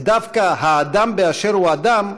ודווקא "האדם באשר הוא אדם",